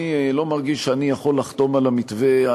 לא מרגיש שאני יכול לחתום על המתווה,